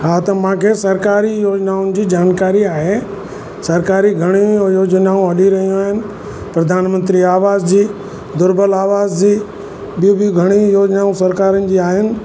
हा त मूंखे सरकारी योजनाउनि जी जानकारी आहे सरकारी घणेईं योजनाऊं हली रहियूं आहिनि प्रधानमंत्री आवास जी दुर्बल आवास जी ॿियूं बि घणेईं योजनाऊं सरकारनि जी आहिनि